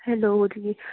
hello ਜੀ